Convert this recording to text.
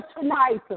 tonight